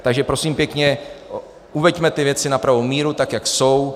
Takže prosím pěkně, uveďme ty věci na pravou míru, tak jak jsou.